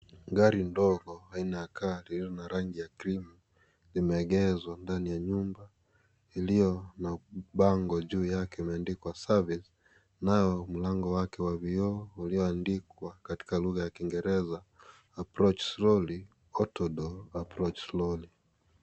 Gari ndogo aina ya gari lililo na rangi ya cream limeegeshwa ndani ya nyumba iliyo na bango juu yake imeandikwa (CS)service(CS) nao mlango wake wa vioo ulioandikwa katika lugha ya kingereza, (CS)approach slowly(CS).